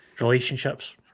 relationships